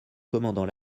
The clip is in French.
commandant